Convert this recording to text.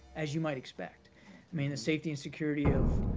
as you might expect. i mean, the safety and security of